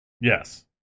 Yes